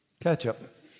ketchup